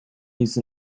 used